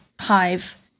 hive